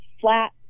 flat